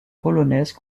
polonaise